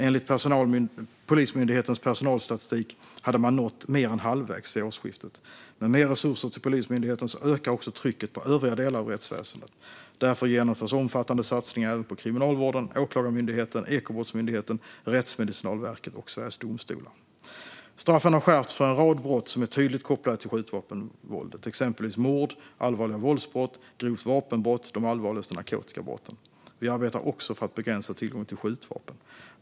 Enligt Polismyndighetens personalstatistik hade man nått mer än halvvägs vid årsskiftet. Med mer resurser till Polismyndigheten ökar också trycket på övriga delar av rättsväsendet. Därför genomförs omfattande satsningar även på Kriminalvården, Åklagarmyndigheten, Ekobrottsmyndigheten, Rättsmedicinalverket och Sveriges Domstolar. Straffen har skärpts för en rad brott som är tydligt kopplade till skjutvapenvåldet, exempelvis mord, allvarliga våldsbrott, grovt vapenbrott och de allvarligaste narkotikabrotten. Vi arbetar också för att begränsa tillgången till skjutvapen.